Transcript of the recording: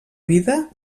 vida